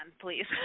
please